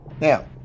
Now